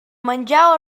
menjar